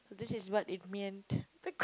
so this is one it meant